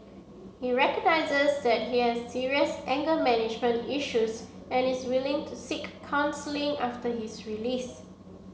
he recognises that he has serious anger management issues and is willing to seek counselling after his release